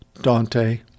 Dante